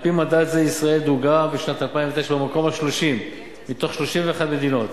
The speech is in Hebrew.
על-פי מדד זה ישראל דורגה בשנת 2009 במקום ה-30 מתוך 31 מדינות.